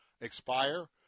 expire